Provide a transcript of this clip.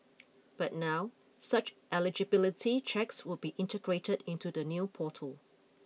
but now such eligibility checks would be integrated into the new portal